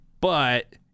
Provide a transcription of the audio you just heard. but-